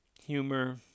humor